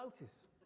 notice